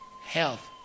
health